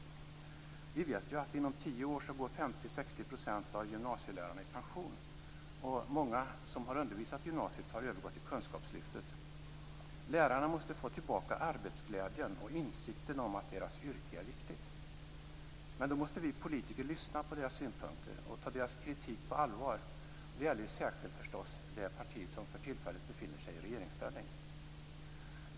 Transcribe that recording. Vi vet att inom 10 år går 50-60 % av gymnasielärarna i pension. Många som har undervisat i gymnasiet har övergått till kunskapslyftet. Lärarna måste få tillbaka arbetsglädjen och insikten om att deras yrke är viktigt. Men då måste vi politiker lyssna på deras synpunkter och ta deras kritik på allvar, och det gäller särskilt det parti som för tillfället befinner sig i regeringsställning.